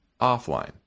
offline